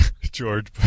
George